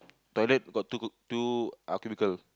toilet got two c~ two ah cubicle